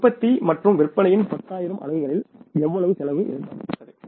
உற்பத்தி மற்றும் விற்பனையின் 10 ஆயிரம் அலகுகளில் எவ்வளவு செலவு எதிர்பார்க்கப்பட்டது